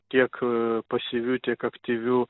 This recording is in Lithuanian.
tiek a pasyvių tiek aktyvių